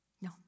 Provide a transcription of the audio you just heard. no